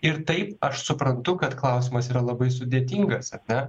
ir taip aš suprantu kad klausimas yra labai sudėtingas ar ne